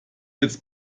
jetzt